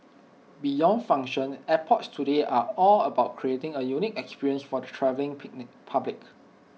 beyond function airports today are all about creating A unique experience for the travelling picnic public